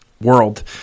world